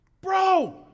bro